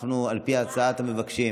על פי ההצעה אתם מבקשים